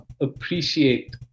appreciate